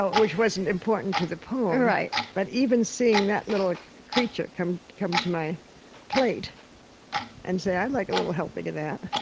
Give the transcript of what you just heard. but which wasn't important to the poem. but even seeing that little creature come come to my plate and say, i'd like a little helping of that.